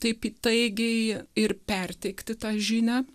taip įtaigiai ir perteikti tą žinią